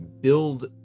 build